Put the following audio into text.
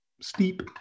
steep